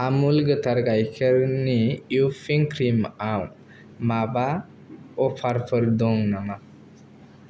आमुल गोथार गायखेरनि इउपिं क्रिमआव माबा अफारफोर दं नामा